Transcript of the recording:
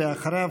ואחריו,